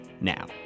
now